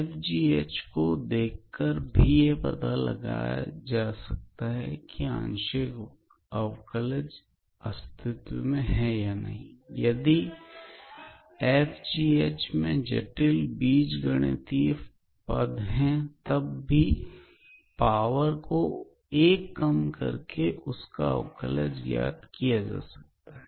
f g h को देखकर भी पता लगाया जा सकता है कि आंशिक अवकलन अस्तित्व में है या नहीं यदि f g h में जटिल बीज गणितीय पद हैं तब भी एक पावर कम करके उसका अवकलज ज्ञात किया जा सकता है